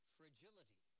Fragility